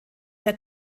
der